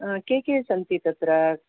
के के सन्ति तत्र